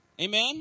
Amen